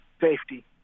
safety